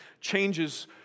changes